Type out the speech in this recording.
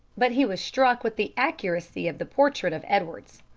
but he was struck with the accuracy of the portrait of edwards.